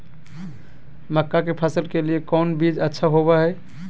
मक्का के फसल के लिए कौन बीज अच्छा होबो हाय?